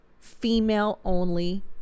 female-only